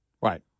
Right